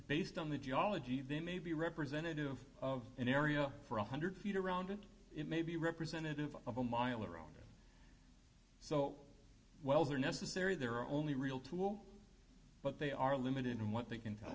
based on the geology they may be representative of an area for one hundred feet around it may be representative of a mile or so wells are necessary they're only real tool but they are limited in what they can tell